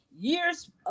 years